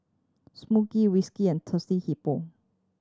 Smiggle and Thirsty Hippo